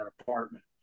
apartment